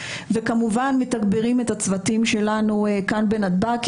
וכמובן מתגברים את הצוותים שלנו כאן בנתב"ג,